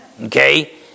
Okay